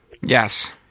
Yes